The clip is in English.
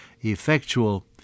effectual